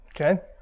Okay